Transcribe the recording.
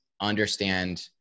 understand